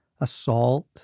assault